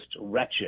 wretched